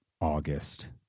august